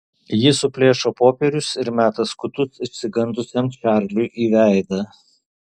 ji suplėšo popierius ir meta skutus išsigandusiam čarliui į veidą